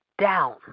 down